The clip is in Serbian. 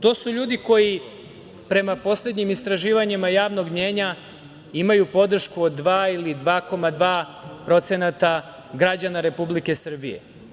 To su ljudi koji prema poslednjim istraživanjima javnog mnjenja imaju podršku od 2% ili 2,2% građana Republike Srbije.